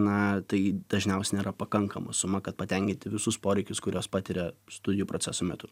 na tai dažniausiai nėra pakankama suma kad patenkinti visus poreikius kuriuos patiria studijų proceso metu